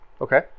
Okay